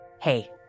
Hey